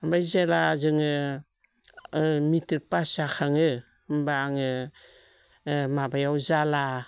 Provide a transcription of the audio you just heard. ओमफ्राय जेब्ला जोङो मेट्रिक पास जाखाङो होनबा आङो माबायाव जाला